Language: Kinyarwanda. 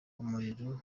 umuriro